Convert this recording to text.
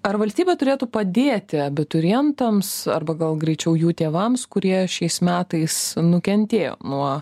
ar valstybė turėtų padėti abiturientams arba gal greičiau jų tėvams kurie šiais metais nukentėjo nuo